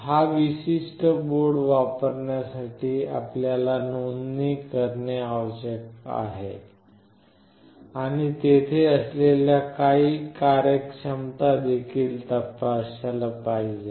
हा विशिष्ट बोर्ड वापरण्यासाठी आपल्याला नोंदणी करणे आवश्यक आहे आणि तेथे असलेल्या काही कार्यक्षमता देखील तपासल्या पाहिजेत